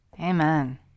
Amen